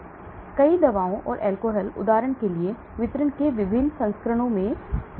इसलिए कई दवाओं और अल्कोहल उदाहरण के लिए वितरण के विभिन्न संस्करणों में भी हैं